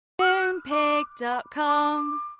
Moonpig.com